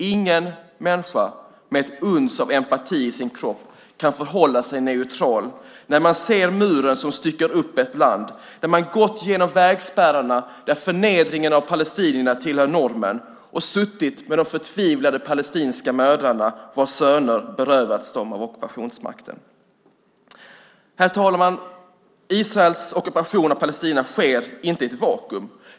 Ingen människa med ett uns av empati i sin kropp kan förhålla sig neutral när man har sett muren som styckar upp ett land, när man har gått genom vägspärrarna där förnedringen av palestinierna tillhör normen och när man har suttit med de förtvivlade palestinska mödrarna vars söner berövats dem av ockupationsmakten. Herr talman! Israels ockupation av Palestina sker inte i ett vakuum.